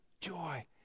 joy